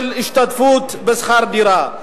השתתפות בשכר דירה.